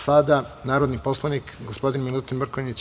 Sada, narodni poslanik gospodin Milutin Mrkonjić.